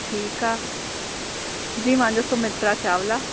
ठीकु आहे जी मुहिंजो सुमित्रा चावला